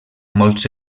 molts